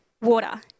water